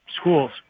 schools